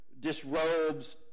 disrobes